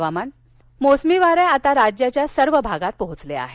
हवामान मोसमी वारे आता राज्याच्या सर्व भागात पोहोचले आहेत